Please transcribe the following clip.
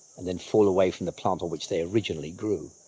and then fall away from the plant on which they originally grew.